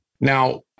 Now